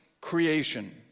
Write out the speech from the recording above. creation